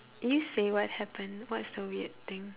you say what happened what's the weird thing